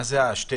מה זה ה-12.2%?